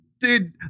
dude